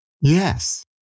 Yes